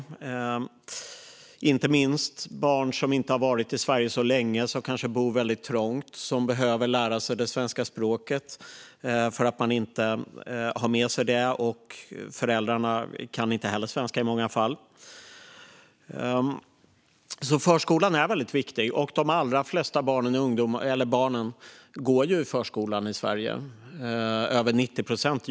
Detta gäller inte minst barn som inte har varit i Sverige så länge, som kanske bor väldigt trångt och behöver lära sig det svenska språket för att de inte har det med sig och föräldrarna i många fall inte heller kan svenska. Förskolan är alltså väldigt viktig, och de allra flesta barn går ju i förskola i Sverige - över 90 procent.